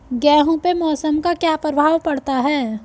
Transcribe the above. गेहूँ पे मौसम का क्या प्रभाव पड़ता है?